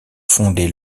fondé